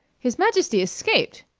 his majesty escaped!